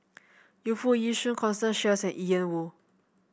Yu Foo Yee Shoon Constance Sheares and Ian Woo